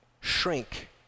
shrink